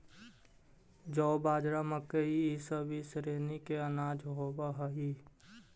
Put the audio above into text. जौ, बाजरा, मकई इसब ई श्रेणी के अनाज होब हई